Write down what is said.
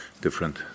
different